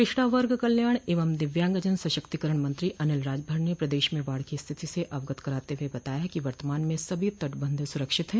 पिछड़ा वर्ग कल्याण एवं दिव्यांगजन सशक्तीकरण मंत्री अनिल राजभर ने प्रदेश में बाढ़ की स्थिति से अवगत कराते हुए बताया कि वर्तमान मं सभी तटबंध सुरक्षित है